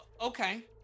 Okay